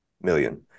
million